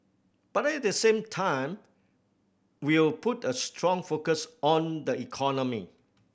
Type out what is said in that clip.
but at the same time we'll put a strong focus on the economy